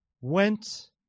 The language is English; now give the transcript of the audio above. went